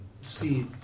See